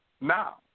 Now